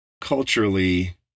culturally